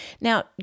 Now